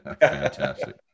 fantastic